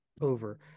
over